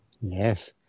Yes